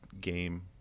game